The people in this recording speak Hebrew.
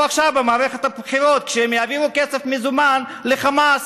עכשיו במערכת הבחירות כשהם יעבירו כסף מזומן לחמאס.